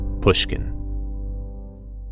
pushkin